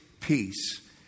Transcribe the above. peace